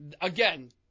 again